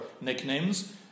nicknames